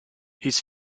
his